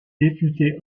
député